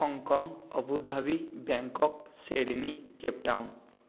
Hong Kong Abu Dhabi Bangkok Sydney Cape Town